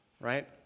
right